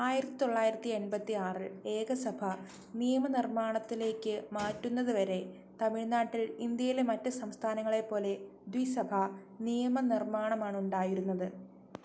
ആയിരത്തി തൊള്ളായിരത്തി എൺപത്തി ആറിൽ ഏകസഭാ നിയമ നിർമ്മാണത്തിലേക്ക് മാറ്റുന്നത് വരെ തമിഴ്നാട്ടിൽ ഇന്ത്യയിലെ മറ്റ് സംസ്ഥാനങ്ങളെ പോലെ ദ്വിസഭാ നിയമ നിർമ്മാണമാണുണ്ടായിരുന്നത്